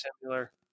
similar